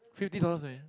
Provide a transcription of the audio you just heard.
fifty dollars eh